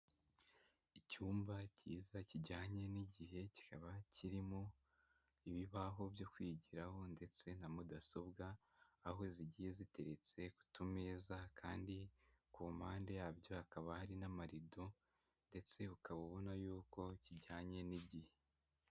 Icyumba cyiza kijyanye n'igihe kikaba kirimo ibibaho byo kwigiraho ndetse na mudasobwa aho zigiye ziteretse kutu meza kandi ku mpande yabyo hakaba hari n'amarido ndetse ukaba ubona yuko kijyanye n'igihe.